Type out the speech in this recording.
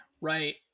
right